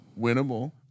winnable